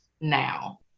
now